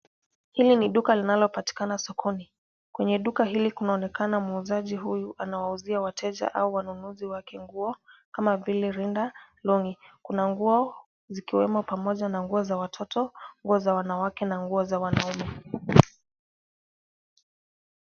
Hili ni duka linalipatikana sokoni. Kwenye duka hili kunaonekana muuzaji huyu anawauzia wateja au wanunuzi wake nguo kama vile rinda, long'i . Kuna nguo zikiwemo pamoja na nguo za watoto, nguo za wanawake na nguo za wanaume.